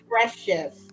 precious